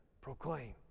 proclaim